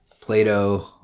Plato